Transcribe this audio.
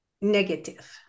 negative